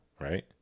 right